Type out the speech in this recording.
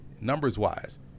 Numbers-wise